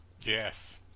yes